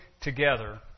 together